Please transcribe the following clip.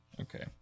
Okay